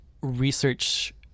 research